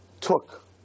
took